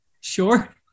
Sure